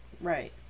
Right